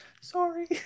Sorry